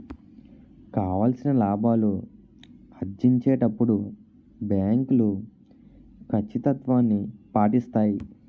కావాల్సిన లాభాలు ఆర్జించేటప్పుడు బ్యాంకులు కచ్చితత్వాన్ని పాటిస్తాయి